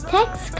Text